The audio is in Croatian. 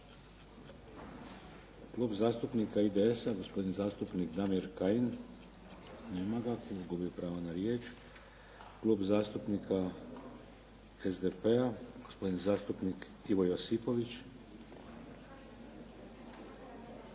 Klub zastupnika IDS-a, gospodin zastupnik Damir Kajin. Nema ga. Gubi pravo na riječ. Klub zastupnika SDP-a gospodin zastupnik Ivo Josipović.